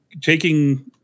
taking